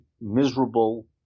miserable